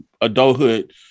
adulthood